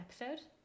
episode